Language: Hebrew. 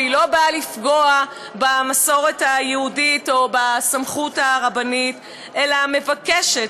והיא לא באה לפגוע במסורת היהודית או בסמכות הרבנית אלא מבקשת